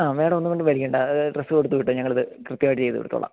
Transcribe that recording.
ആ മാഡം ഒന്നുകൊണ്ടും പേടിക്കണ്ട ഡ്രെസ് കൊടുത്ത് വിട്ടോ ഞങ്ങളത് കൃത്യമായിട്ട് ചെയ്തു കൊടുത്തോളാം